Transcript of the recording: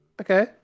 okay